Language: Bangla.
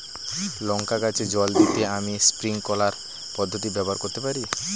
লঙ্কা গাছে জল দিতে আমি স্প্রিংকলার পদ্ধতি ব্যবহার করতে পারি?